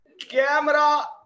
camera